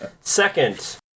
second